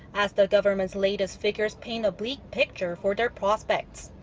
as the government's latest figures paint a bleak picture for their prospects.